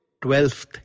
Twelfth